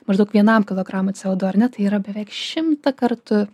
maždaug vienam kilogramui c o du ar ne tai yra beveik šimtą kartų